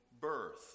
birth